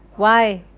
why?